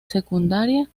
secundaria